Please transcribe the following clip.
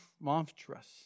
monstrous